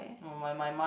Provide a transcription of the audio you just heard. no my my mum